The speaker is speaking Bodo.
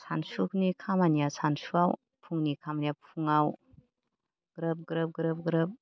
सानसुनि खामानिया सानसुयाव फुंनि खामानिया फुङाव ग्रोब ग्रोब ग्रोब ग्रोब